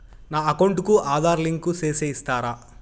నా అకౌంట్ కు ఆధార్ లింకు సేసి ఇస్తారా?